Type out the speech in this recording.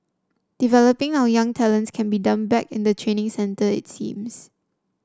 developing our young talents can be done back in the training centre it seems